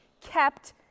kept